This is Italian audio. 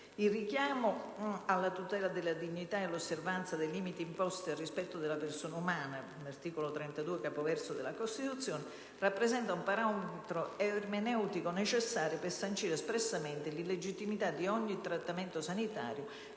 II richiamo alla tutela della dignità e all'osservanza dei «limiti imposti dal rispetto della persona umana» (articolo 32, secondo periodo del secondo comma, della Costituzione) rappresenta infatti un parametro ermeneutico necessario per sancire espressamente l'illegittimità di ogni trattamento sanitario